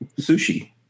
Sushi